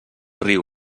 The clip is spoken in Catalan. riu